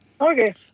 Okay